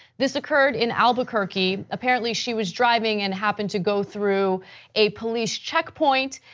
this occurred in albuquerque. apparently she was driving and happen to go through a police checkpoint.